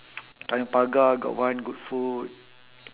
tanjong pagar got one good food